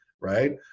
right